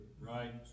Right